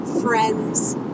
friends